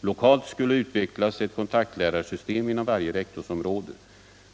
Lokalt skulle utvecklas ett kontaktlärarsystem inom varje rektorsområde.